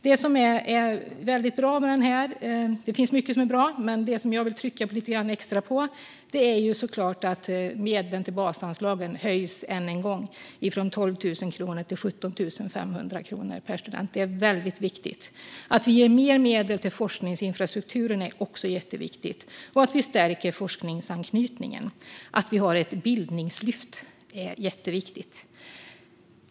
Det finns mycket i propositionen som är bra, men det som jag vill trycka lite extra på är såklart att medlen till basanslagen höjs än en gång, nu från 12 000 kronor till 17 500 kronor per student. Det är väldigt viktigt att vi ger mer medel till forskningsinfrastrukturen. Att vi stärker forskningsanknytningen och att vi har ett bildningslyft är också jätteviktigt.